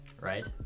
right